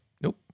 Nope